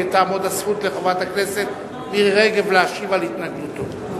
תעמוד הזכות לחברת הכנסת מירי רגב להשיב על התנגדותו.